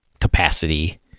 capacity